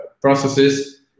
processes